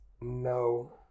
no